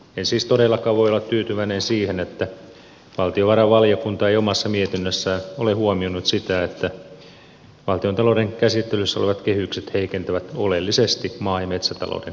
en siis todellakaan voi olla tyytyväinen siihen että valtiovarainvaliokunta ei omassa mietinnössään ole huomioinut sitä että valtiontalouden käsittelyssä olevat kehykset heikentävät oleellisesti maa ja metsätalouden toimintaedellytyksiä